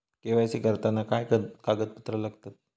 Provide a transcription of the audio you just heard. KYC करताना काय कागदपत्रा लागतत?